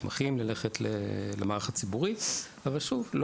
לתמרץ מתמחים ללכת למערך הציבורי; אבל שוב,